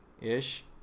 ish